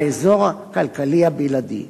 האזור הכלכלי הבלעדי.